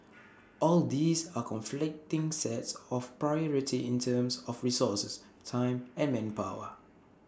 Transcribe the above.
all these are conflicting sets of priority in terms of resources time and manpower